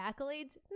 accolades